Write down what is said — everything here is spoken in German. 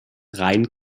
rein